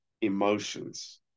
emotions